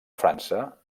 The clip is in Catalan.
frança